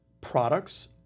products